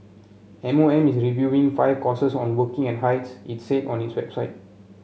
M O M is reviewing five courses on working in heights it said on its website